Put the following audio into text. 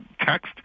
text